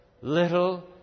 little